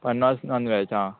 पन्नास non veg आं